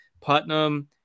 putnam